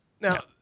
Now